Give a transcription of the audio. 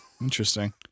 Interesting